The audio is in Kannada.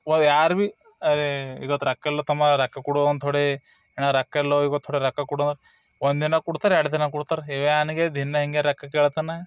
ವ ಯಾರು ಭಿ ಅರೇ ಇವತ್ತು ರೊಕ್ ಇಲ್ವೋ ತಮ್ಮ ರೊಕ್ಕ ಕೊಡು ಅಂತ ಥೊಡೇ ಅಣ್ಣಾ ರೊಕ್ಕ ಇಲ್ವೋ ಥೊಡೆ ರೊಕ್ಕ ಕೊಡೊ ಒಂದು ದಿನ ಕೊಡ್ತಾರ್ ಎರಡು ದಿನ ಕೊಡ್ತಾರ್ ಹೇ ಇವ ಏನ್ ಗೇ ದಿನಾ ಹಿಂಗೆ ರೊಕ್ಕ ಕೇಳ್ತಾನ